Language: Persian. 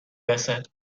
وسط